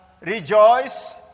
rejoice